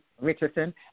Richardson